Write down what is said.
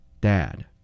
Dad